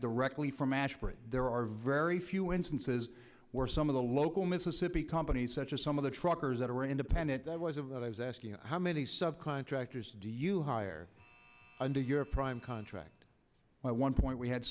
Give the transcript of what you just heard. directly from ashbery there are very few instances where some of the local mississippi companies such as some of the truckers that are independent that was of that i was asking how many sub contractors do you hire under your prime contract by one point we had